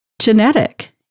genetic